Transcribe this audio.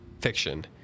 fiction